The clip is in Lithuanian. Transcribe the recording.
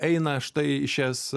eina štai šias